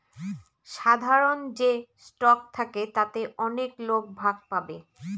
সাধারন যে স্টক থাকে তাতে অনেক লোক ভাগ পাবে